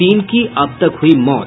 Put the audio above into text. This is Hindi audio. तीन की अब तक हुयी मौत